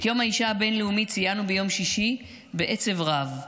את יום האישה הבין-לאומי ציינו ביום שישי בעצב רב,